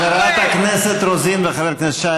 חברת הכנסת רוזין וחבר הכנסת שי,